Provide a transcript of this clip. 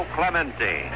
Clemente